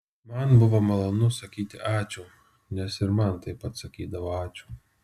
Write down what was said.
man buvo malonu sakyti ačiū nes ir man taip pat sakydavo ačiū